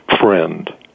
friend